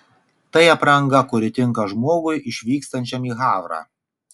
tai apranga kuri tinka žmogui išvykstančiam į havrą